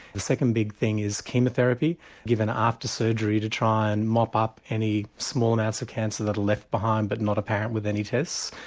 the second big thing is chemo therapy given after surgery to try and mop up any small amounts of cancer that are left behind but not apparent with any tests,